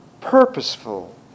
purposeful